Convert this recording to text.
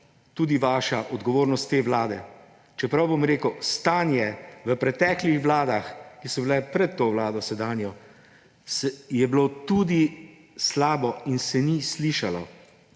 tudi vaša, odgovornost te vlade. Čeprav, bom rekel, da stanje v preteklih vladah, ki so bile pred to sedanjo vlado, je bilo tudi slabo in se ni slišalo.